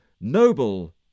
noble